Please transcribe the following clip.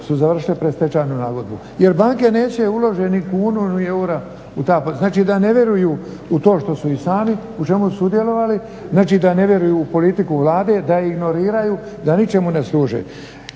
su završila predstečajnu nagodbu. Jer banke neće uložiti ni kunu ni eura u ta poduzeća. Znači da ne vjeruju u to u što su i sami, u čemu sudjelovali, znači da ne vjeruju u politiku Vlade, da je ignoriraju, da ničemu ne služe.